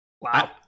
Wow